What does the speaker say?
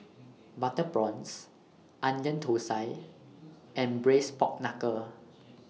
Butter Prawns Onion Thosai and Braised Pork Knuckle